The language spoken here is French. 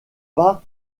pas